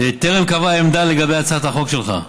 טרם קבעה עמדה לגבי הצעת החוק שלך.